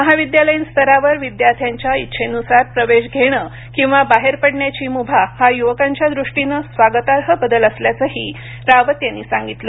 महाविद्यालयीन स्तरावर विद्यार्थ्यांच्या इच्छेनुसार प्रवेश घेणं किंवा बाहेर पडण्याची मुभा हा युवकांच्यादृष्टीनं स्वागतार्ह बदल असल्याचंही रावत यांनी सांगितलं